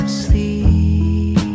sleep